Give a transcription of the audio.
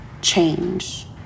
change